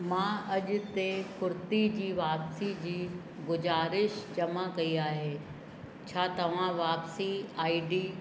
मां अॼु ते कुर्ती जी वापिसी जी गुज़ारिश जमा कई आहे छा तव्हां वापिसी आई डी